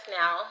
now